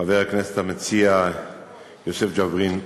חבר הכנסת המציע יוסף ג'בארין,